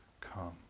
come